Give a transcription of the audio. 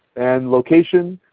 and location,